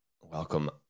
Welcome